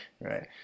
right